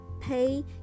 pay